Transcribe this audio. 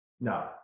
no